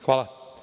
Hvala.